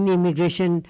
immigration